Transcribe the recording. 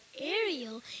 Ariel